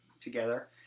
together